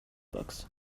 books